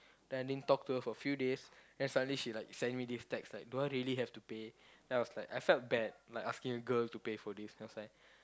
then I didn't talk to her a few days then suddenly she like send me this text like do I really have to pay then I was like I felt bad like asking a girl to pay for this then i was like